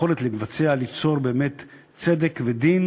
היכולת לבצע, ליצור באמת צדק ודין